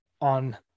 on